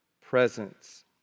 presence